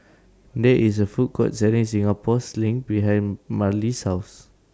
There IS A Food Court Selling Singapore Sling behind Merle's House